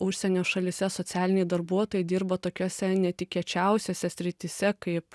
užsienio šalyse socialiniai darbuotojai dirba tokiose netikėčiausiose srityse kaip